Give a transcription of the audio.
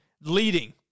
leading